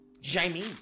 Jamie